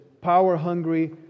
power-hungry